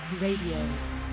Radio